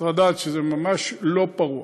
צריך לדעת שזה ממש לא פרוע